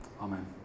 amen